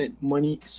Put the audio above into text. money